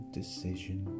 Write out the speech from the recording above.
decision